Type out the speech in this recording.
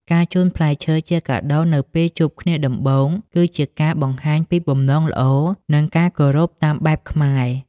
ការជូនផ្លែឈើជាកាដូនៅពេលជួបគ្នាដំបូង គឺជាការបង្ហាញពីបំណងល្អ និងការគោរពតាមបែបខ្មែរ។